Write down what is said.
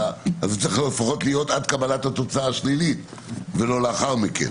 הוא צריך להיות לפחות עד קבלת התוצאה השלילית ולא לאחר מכן.